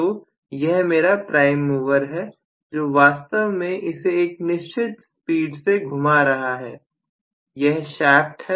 तो यह मेरा प्राइम मूवर है जो वास्तव में इसे एक निश्चित स्पीड से घुमा रहा है यह शाफ़्ट है